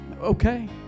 Okay